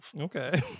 Okay